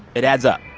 it adds up.